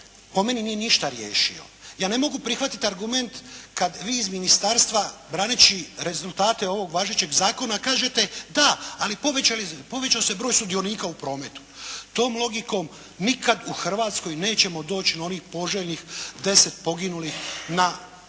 po meni nije ništa riješio. Ja ne mogu prihvatiti argument kad vi iz ministarstva braneći rezultate ovog važećeg zakona kažete, da ali povećao se broj sudionika u prometu. Tom logikom nikad u Hrvatskoj nećemo doć' do onih poželjnih 10 poginulih na 100 tisuća